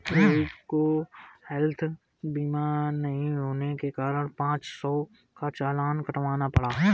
रोहित को हैल्थ बीमा नहीं होने के कारण पाँच सौ का चालान कटवाना पड़ा